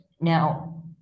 Now